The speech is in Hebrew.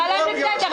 אדוני, תקרא להם לסדר.